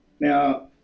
Now